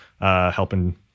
helping